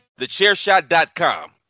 TheChairShot.com